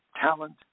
talent